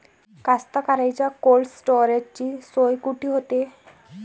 कास्तकाराइच्या कोल्ड स्टोरेजची सोय कुटी होते?